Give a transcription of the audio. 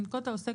ינקוט העוסק,